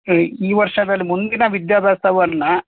ಈ ಈ ವರ್ಷದಲ್ಲಿ ಮುಂದಿನ ವಿದ್ಯಾಭ್ಯಾಸವನ್ನು